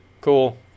Cool